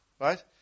Right